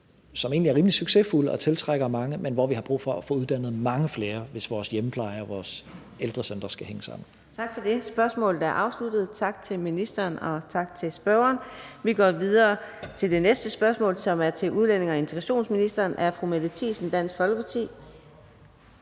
som egentlig er rimelig succesfulde og tiltrækker mange, men hvor vi har brug for at få uddannet mange flere, hvis vores hjemmepleje og vores ældrecentre skal hænge sammen. Kl. 13:50 Fjerde næstformand (Karina Adsbøl): Tak for det. Spørgsmålet er afsluttet. Tak til ministeren, og tak til spørgeren. Vi går videre til det næste spørgsmål, som er til udlændinge- og integrationsministeren af fru Mette Thiesen, Dansk Folkeparti.